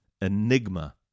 Enigma